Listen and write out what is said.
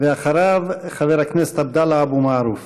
ואחריו, חבר הכנסת עבדאללה אבו מערוף.